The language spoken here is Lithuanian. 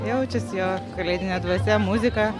jaučias jo kalėdinė dvasia muzika